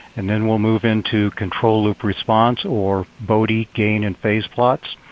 and then, we'll move into control loop response or bode ah gain and face plots.